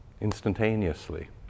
instantaneously